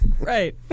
Right